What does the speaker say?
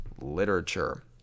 literature